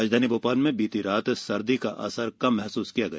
राजधानी भोपाल में भी बीती रात सर्दी का असर कम महसूस किया गया